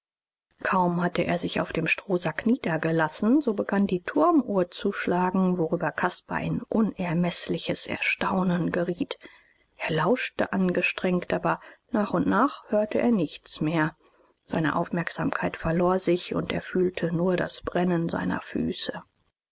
kaum hatte er sich auf dem strohsack niedergelassen so begann die turmuhr zu schlagen worüber caspar in unermeßliches erstaunen geriet er lauschte angestrengt aber nach und nach hörte er nichts mehr seine aufmerksamkeit verlor sich und er fühlte nur das brennen seiner füße